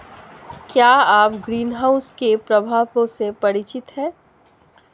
क्या आप ग्रीनहाउस के प्रभावों से परिचित हैं?